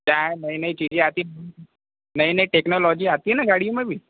क्या है नई नई चीज़ें आती है नई नई टेक्नोलॉजी आती है न गाड़ी में भी